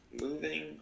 Moving